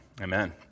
Amen